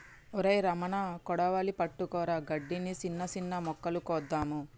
ఒరై రమణ కొడవలి పట్టుకురా గడ్డిని, సిన్న సిన్న మొక్కలు కోద్దాము